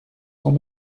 sont